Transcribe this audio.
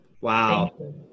Wow